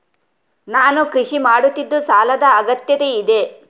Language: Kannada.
ನಾನು ಕೃಷಿ ಮಾಡುತ್ತಿದ್ದು ಸಾಲದ ಅಗತ್ಯತೆ ಇದೆ?